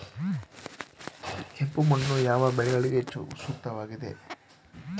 ಕೆಂಪು ಮಣ್ಣು ಯಾವ ಬೆಳೆಗಳಿಗೆ ಹೆಚ್ಚು ಸೂಕ್ತವಾಗಿದೆ?